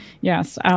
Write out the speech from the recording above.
Yes